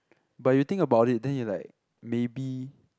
but you think about it then you like maybe